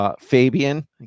Fabian